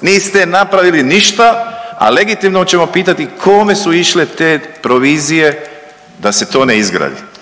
niste napravili ništa, a legitimno ćemo pitati kome su išle te provizije da se to ne izgradi.